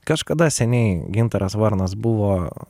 kažkada seniai gintaras varnas buvo